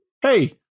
Hey